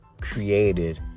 created